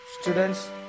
Students